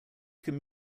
could